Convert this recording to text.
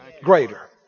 greater